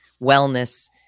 wellness